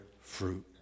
fruit